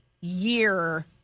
year